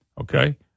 okay